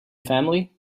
family